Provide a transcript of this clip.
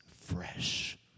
fresh